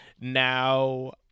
now